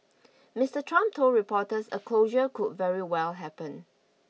Mister Trump told reporters a closure could very well happen